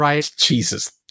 Jesus